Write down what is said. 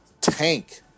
tank